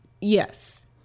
Yes